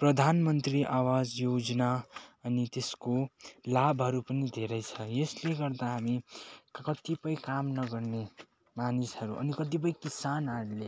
प्रधान मन्त्री आवास योजना अनि त्यसको लाभहरू पनि धेरै छ यसले गर्दा हामी कतिपय काम नगर्ने मानिसहरू अनि कतिपय किसानहरूले